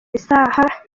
isaha